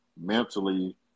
mentally